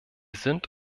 sind